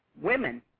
women